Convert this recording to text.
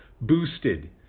Boosted